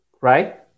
right